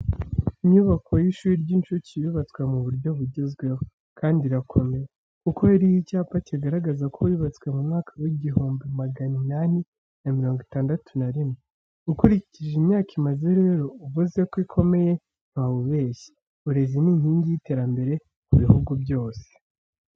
Inyubako y'ishuri ry'incuke yubatswe mu buryo bugezweho, kandi irakomeye, kuko iriho icyapa kigaragaza ko yubatswe mu mwaka w'igihumbi magana inani na mirongo itandatu na rimwe. Ukurikije imyaka imaze rero, uvuze ko ikomeye ntiwaba ubeshye. Uburezi ni inkingi y'iterambere ku bihugu byose.